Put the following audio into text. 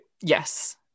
Yes